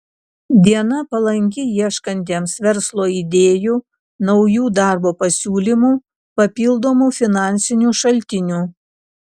diena palanki ieškantiems verslo idėjų naujų darbo pasiūlymų papildomų finansinių šaltinių